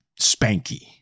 Spanky